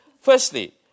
Firstly